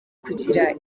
kugira